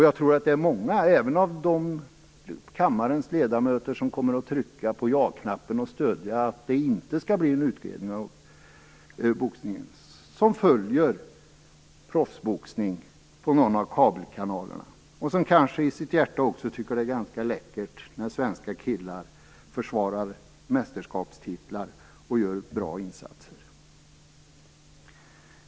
Jag tror att många även bland de kammarledamöter som kommer att trycka på ja-knappen för att stödja att det inte skall tillsättas en utredning följer proffsboxning på någon av kabelkanalerna. Kanske tycker de i sitt hjärta också att det är ganska läckert när svenska killar försvarar mästerskapstitlar och gör bra insatser.